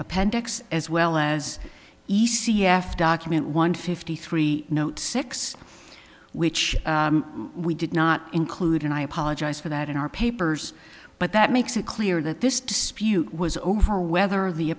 appendix as well as e c f document one fifty three note six which we did not include and i apologize for that in our papers but that makes it clear that this dispute was over whether the